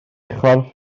chorff